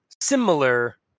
similar